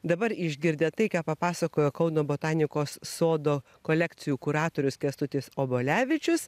dabar išgirdę tai ką papasakojo kauno botanikos sodo kolekcijų kuratorius kęstutis obelevičius